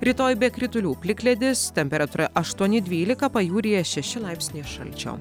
rytoj be kritulių plikledis temperatūra aštuoni dvylika pajūryje šeši laipsniai šalčio